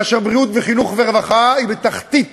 כאשר בריאות, חינוך ורווחה הם בתחתית